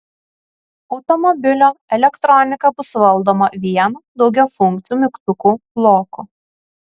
automobilio elektronika bus valdoma vienu daugiafunkciu mygtukų bloku